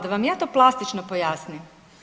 Da vam ja to plastično pojasnim.